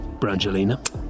Brangelina